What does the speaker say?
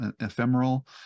ephemeral